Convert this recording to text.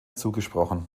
zugesprochen